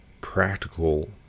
practical